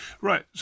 right